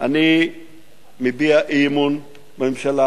אני מביע אי-אמון בממשלה.